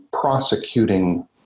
prosecuting